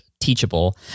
teachable